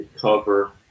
cover